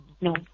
No